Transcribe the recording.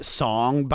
song